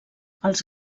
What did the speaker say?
els